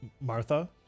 Martha